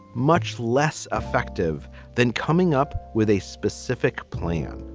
much less effective than coming up with a specific plan.